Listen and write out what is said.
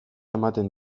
ematen